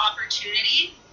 opportunity